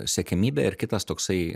siekiamybė ir kitas toksai